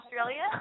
Australia